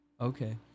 Okay